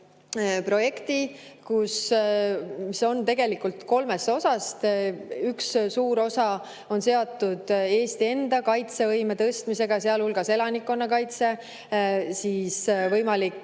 projekti, mis koosneb tegelikult kolmest osast. Üks suur osa on seotud Eesti enda kaitsevõime tugevdamisega, sealhulgas elanikkonnakaitsega, võimaliku